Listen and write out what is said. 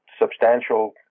substantial